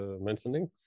mentioning